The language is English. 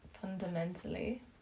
fundamentally